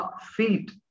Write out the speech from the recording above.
feet